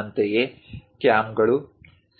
ಅಂತೆಯೇ ಕ್ಯಾಮ್ಗಳು